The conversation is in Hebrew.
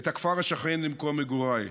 את הכפר השכן למקום מגוריי,